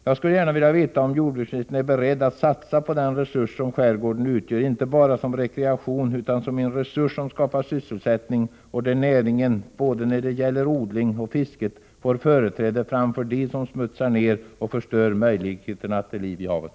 Jag skulle gärna vilja veta om jordbruksministern är beredd att satsa på den resurs som skärgården utgör, inte bara som rekreation utan som en resurs som skapar sysselsättning och där näringen både när det gäller odling och när det gäller fiske får företräde framför dem som smutsar ner och förstör möjligheterna till liv i havet.